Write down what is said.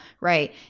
right